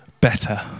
better